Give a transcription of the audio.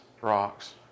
rocks